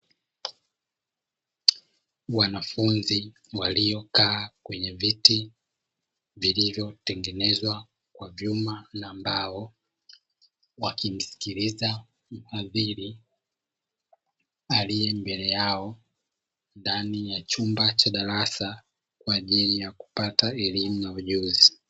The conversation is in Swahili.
Wanafunzi waliokaa kwenye viti vilivyotengenezwa kwa vyuma na mbao, wakimsikiliza mhubiri aliye mbele yao ndani ya chumba cha darasa, kwaajili ya kupata elimu na ujuzi.